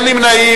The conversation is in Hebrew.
מי נמנע?